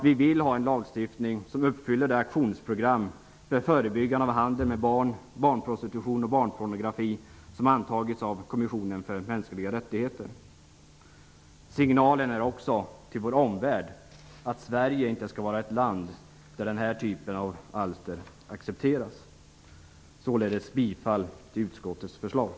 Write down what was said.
Vi vill ha en lagstiftning som uppfyller det aktionsprogram för förebyggande av handel med barn, barnprostitution och barnpornografi som antagits av kommissionen för mänskliga rättigheter. Vi måste också skicka en signal till vår omvärld om att Sverige inte är ett land där den här typen av alster accepteras. Jag yrkar således bifall till utskottets hemställan.